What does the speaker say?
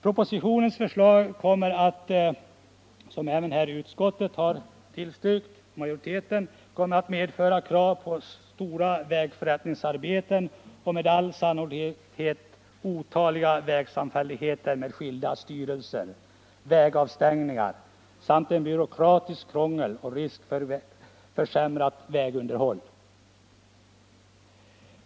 Propositionens förslag, som tillstyrks av utskottet, kommer att medföra krav på stora vägförrättningsarbeten och med all sannolikhet otaliga vägsamfälligheter med skilda styrelser, vägavstängningar samt ett byråkratiskt krångel och risk för försämrat vägunderhåll.